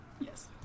Yes